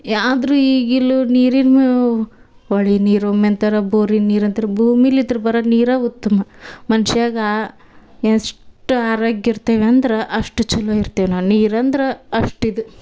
ಆದರೂ ಈಗ ಇಲ್ಲೂ ನೀರಿನ ಹೊಳೆ ನೀರು ಮೆಂತರ ಬೋರಿನ ನೀರು ಅಂತಾರೆ ಭೂಮಿಲಿತ್ರ ಬರೋ ನೀರೇ ಉತ್ತಮ ಮನುಷ್ಯಗ ಎಷ್ಟು ಆರೋಗ್ಯ ಇರ್ತೇವೆ ಅಂದ್ರೆ ಅಷ್ಟು ಚಲೋ ಇರ್ತೀವಿ ನಾನು ನೀರು ಅಂದ್ರೆ ಅಷ್ಟು ಇದು